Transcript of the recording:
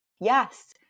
yes